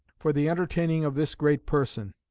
for the entertaining of this great person.